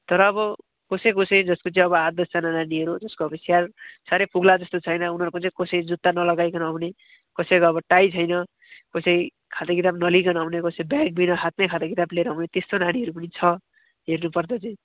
तर अब कसैकसै जसको चाहिँ अब आठ दसजना नानीहरू जसको अब ख्याल साह्रै पुग्ला जस्तो छैन उनीहरूको चाहिँ कसै जुत्ता नलगाइकन आउने कसैको अब टाई छैन कसै खाताकिताब नलिइकन आउने कसै ब्यागबिना हातमै खाताकिताब लिएर आउने त्यस्तो नानीहरू पनि छ हेर्नुपर्दा चाहिँ